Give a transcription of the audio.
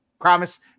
Promise